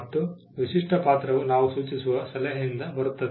ಮತ್ತು ವಿಶಿಷ್ಟ ಪಾತ್ರವು ನಾವು ಸೂಚಿಸುವ ಸಲಹೆಯಿಂದ ಬರುತ್ತದೆ